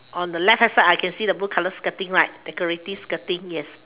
on the left hand side I can see the blue color skirting right decorative skirting yes